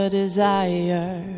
desire